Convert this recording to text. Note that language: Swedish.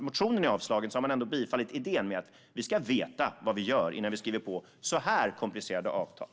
Motionen avstyrks, men man har ändå bifallit idén att vi ska veta vad vi gör innan vi skriver på så här komplicerade avtal.